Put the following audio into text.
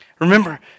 Remember